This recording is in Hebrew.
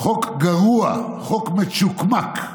חוק גרוע, חוק מצ'וקמק.